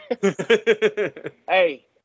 Hey